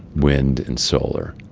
wind and solar.